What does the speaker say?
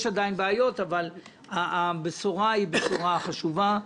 יש עדיין בעיות אבל הבשורה היא בשורה חשובה.